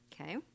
Okay